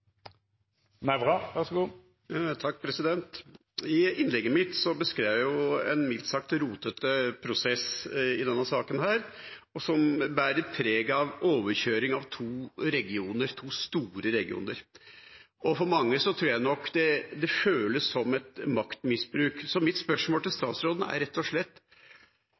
I innlegget mitt beskrev jeg en mildt sagt rotete prosess i denne saken, som bærer preg av overkjøring av to store regioner. For mange tror jeg nok det føles som et maktmisbruk. Mitt spørsmål til statsråden er rett og slett: